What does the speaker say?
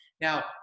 Now